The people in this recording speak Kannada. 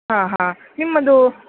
ಹಾಂ ಹಾಂ ನಿಮ್ಮದೂ